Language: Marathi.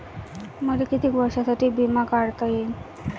मले कितीक वर्षासाठी बिमा काढता येईन?